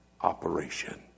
operation